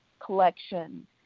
collection